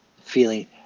feeling